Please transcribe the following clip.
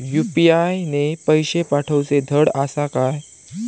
UPI ने पैशे पाठवूचे धड आसा काय?